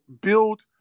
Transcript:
build